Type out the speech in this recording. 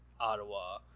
Ottawa